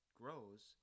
grows